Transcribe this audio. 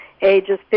ages